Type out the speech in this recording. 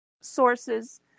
sources